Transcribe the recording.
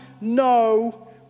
no